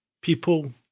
people